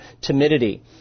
timidity